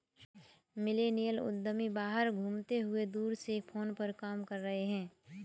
millennial उद्यमी बाहर घूमते हुए दूर से फोन पर काम कर रहे हैं